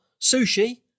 sushi